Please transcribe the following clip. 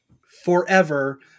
forever